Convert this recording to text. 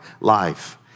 life